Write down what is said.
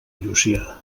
llúcia